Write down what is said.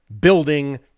building